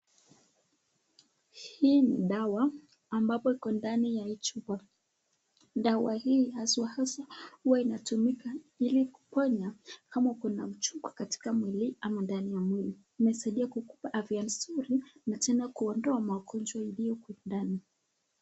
Hii ni dawa ambayo iko ndani ya hii chupa, dawa hii haswa huwa inatumika ilikuponya kama kuna machungu nani ya mwili ama ndani ya mwili, inasaidia kwa afya nzuri na pia inandowa magonjwa ilioko ndani.